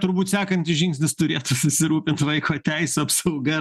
turbūt sekantis žingsnis turėtų susirūpint vaiko teisių apsauga